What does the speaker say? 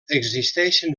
existeixen